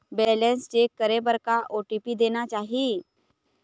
Balance check करे बर का ओ.टी.पी देना चाही?